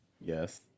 Yes